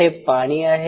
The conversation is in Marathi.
येथे पाणी आहे